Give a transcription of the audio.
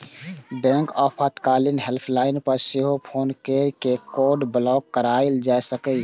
बैंकक आपातकालीन हेल्पलाइन पर सेहो फोन कैर के कार्ड ब्लॉक कराएल जा सकै छै